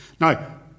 Now